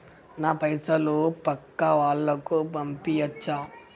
నా పైసలు పక్కా వాళ్ళకు పంపియాచ్చా?